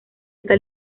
está